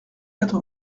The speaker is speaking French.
quatre